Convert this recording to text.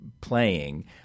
playing